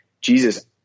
Jesus